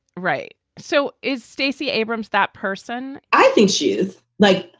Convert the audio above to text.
right so is stacey abrams that person? i think she's like.